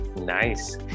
nice